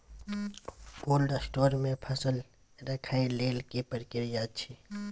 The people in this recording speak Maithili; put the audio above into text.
कोल्ड स्टोर मे फसल रखय लेल की प्रक्रिया अछि?